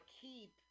keep